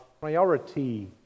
priority